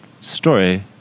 story